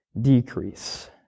decrease